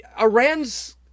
Iran's